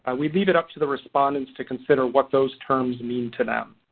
and we leave it up to the respondents to consider what those terms mean to them.